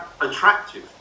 attractive